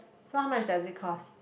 so how much does it cost